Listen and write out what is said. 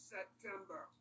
September